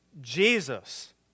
Jesus